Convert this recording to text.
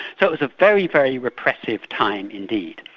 so it was a very, very repressive time indeed.